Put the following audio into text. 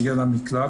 יהיה לה מקלט,